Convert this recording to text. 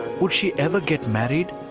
would she ever get married?